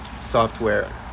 software